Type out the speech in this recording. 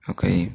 Okay